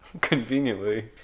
Conveniently